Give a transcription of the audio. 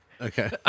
Okay